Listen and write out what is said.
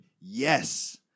Yes